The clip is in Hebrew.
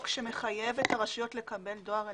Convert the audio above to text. שמחייב את הרשויות לקבל דואר אלקטרוני,